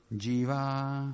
jiva